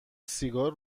سیگار